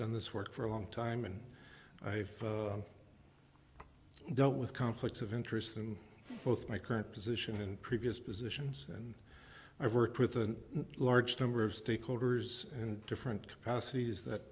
done this work for a long time and i've dealt with conflicts of interest in both my current position and previous positions and i've worked with a large number of stakeholders and different capacities that